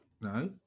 No